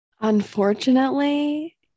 Unfortunately